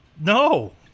no